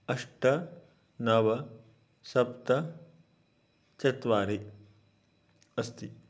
अष्ट नव सप्त चत्वारि अस्ति